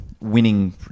winning